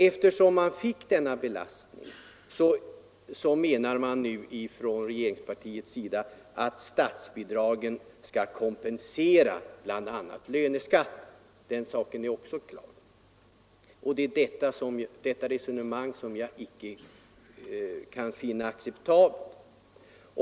Eftersom denna belastning tillkom, menar man från regeringspartiets sida att statsbidrag skall kompensera löneskatten. Den saken är också klar. Det är detta resonemang jag icke kan finna acceptabelt.